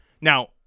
now